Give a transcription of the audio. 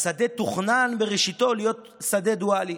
והשדה תוכנן בראשיתו להיות שדה דואלי.